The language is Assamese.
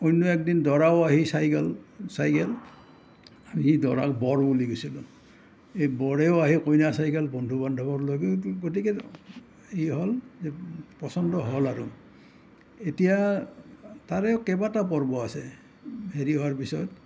অন্য একদিন দৰাও আহি চাই গেল চাই গেল আমি দৰাক বৰ বুলি কৈছিলোঁ এই বৰেও আহি কইনা চাই গেল বন্ধু বান্ধৱৰ লগত গতিকে ই হ'ল যে পচন্দ হ'ল আৰু এতিয়া তাৰেও কেইবাটাও পৰ্ব আছে হেৰি হোৱাৰ পিছত